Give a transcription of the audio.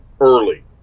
early